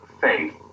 faith